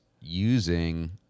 using